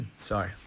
Sorry